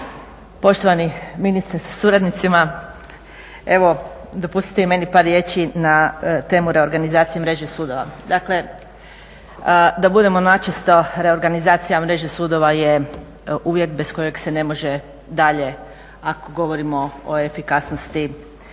poštovani ministre sa suradnicima. Evo dopustite i meni par riječi na temu reorganizacije mreže sudova. Dakle da budemo načisto, reorganizacija mreže sudova je uvjet bez kojeg se ne može dalje ako govorimo o efikasnosti